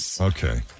Okay